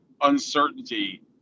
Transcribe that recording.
uncertainty